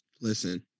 listen